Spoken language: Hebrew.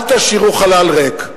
אל תשאירו חלל ריק.